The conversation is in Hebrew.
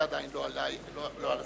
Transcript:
חברים.